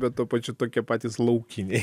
bet tuo pačiu tokie patys laukiniai